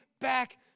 back